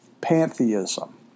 pantheism